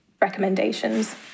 recommendations